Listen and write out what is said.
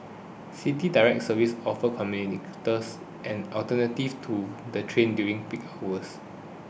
City Direct services offer commuters an alternative to the train during the peak hours